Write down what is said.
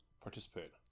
participate